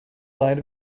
line